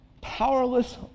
powerless